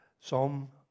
Psalm